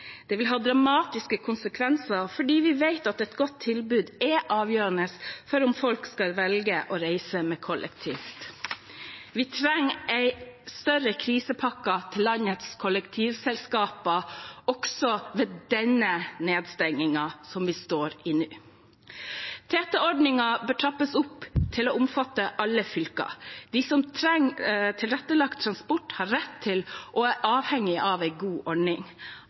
Det vil ha dramatiske konsekvenser, for vi vet at et godt tilbud er avgjørende for at folk skal velge å reise med kollektivtransport. Vi trenger en større krisepakke til landets kollektivselskaper, også ved den nedstengingen som vi står i nå. TT-ordningen bør trappes opp til å omfatte alle fylker. De som trenger tilrettelagt transport, har rett til og er avhengige av en god ordning.